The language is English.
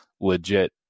legit